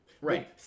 Right